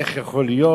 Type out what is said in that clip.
איך יכול להיות,